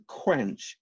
quench